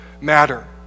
matter